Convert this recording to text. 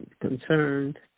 concerned